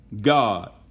God